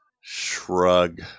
shrug